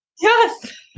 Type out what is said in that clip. Yes